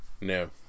no